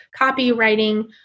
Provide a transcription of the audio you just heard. copywriting